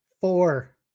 four